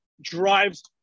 drives